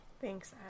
Thanks